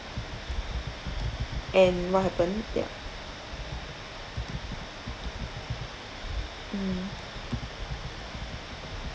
and what happened ya mm